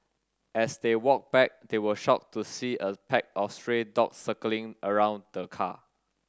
as they walked back they were shocked to see a pack of stray dogs circling around the car